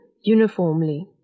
uniformly